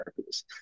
therapies